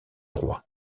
roi